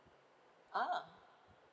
ah